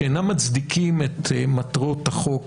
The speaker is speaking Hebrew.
שאינם מצדיקים את מטרות החוק